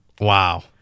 Wow